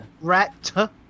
Rat